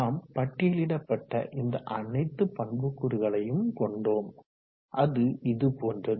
நாம் பட்டியலிடப்பட்ட இந்த அனைத்து பண்பு கூறுகளையும் கொண்டோம் அது இதுபோன்றது